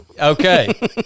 Okay